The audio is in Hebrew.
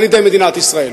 על-ידי מדינת ישראל.